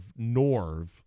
Norv